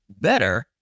Better